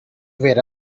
where